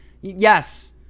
yes